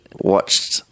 watched –